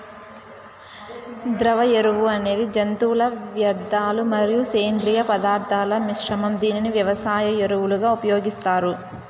ద్రవ ఎరువు అనేది జంతువుల వ్యర్థాలు మరియు సేంద్రీయ పదార్థాల మిశ్రమం, దీనిని వ్యవసాయ ఎరువులుగా ఉపయోగిస్తారు